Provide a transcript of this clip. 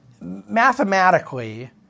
Mathematically